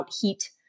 heat